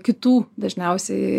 kitų dažniausiai